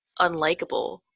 unlikable